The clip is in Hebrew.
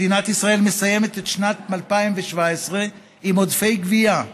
מדינת ישראל מסיימת את שנת 2017 עם עודפי גבייה.